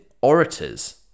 orators